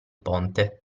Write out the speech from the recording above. ponte